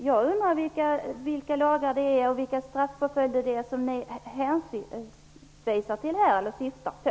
Jag undrar vilka lagar och straffpåföljder som ni socialdemokrater här syftar på.